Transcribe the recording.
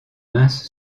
mince